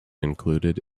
included